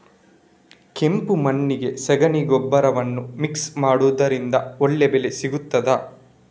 ಕೆಂಪು ಮಣ್ಣಿಗೆ ಸಗಣಿ ಗೊಬ್ಬರವನ್ನು ಮಿಕ್ಸ್ ಮಾಡುವುದರಿಂದ ಒಳ್ಳೆ ಬೆಳೆ ಸಿಗುತ್ತದಾ?